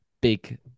big